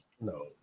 No